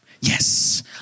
yes